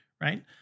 Right